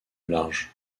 large